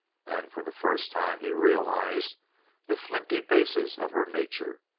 and for the first time he realized the flinty basis of her nature.